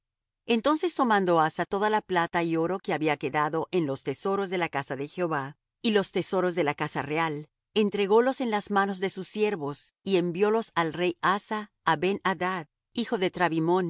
entonces tomando asa toda la plata y oro que había quedado en los tesoros de la casa de jehová y los tesoros de la casa real entrególos en las manos de sus siervos y enviólos el rey asa á ben adad hijo de